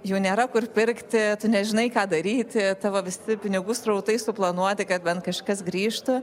jų nėra kur pirkti tu nežinai ką daryti tavo visi pinigų srautai suplanuoti kad bent kažkas grįžtų